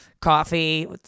coffee